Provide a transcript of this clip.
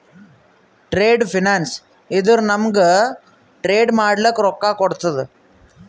trade finance ಇದ್ದುರ ನಮೂಗ್ trade ಮಾಡ್ಲಕ ರೊಕ್ಕಾ ಕೋಡ್ತುದ